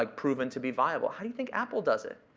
like proven to be viable. how do you think apple does it.